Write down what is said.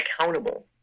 accountable